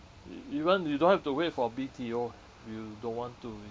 e~ even you don't have to wait for B_T_O if you don't want to